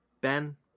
Ben